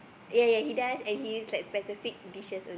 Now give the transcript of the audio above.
ya ya he does and he's like specific dishes lah